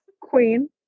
queen